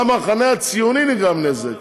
למחנה הציוני נגרם נזק,